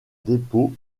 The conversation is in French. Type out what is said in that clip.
dépôt